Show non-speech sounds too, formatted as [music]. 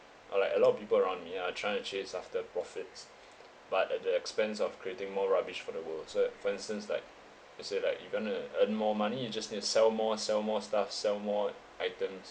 or like a lot of people around me are trying to chase after profits [breath] but at the expense of creating more rubbish for the world so for instance like let's say like you going to earn more money you just need to sell more sell more stuff sell more items